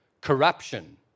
corruption